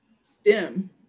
STEM